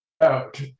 out